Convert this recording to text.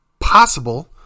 possible